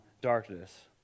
darkness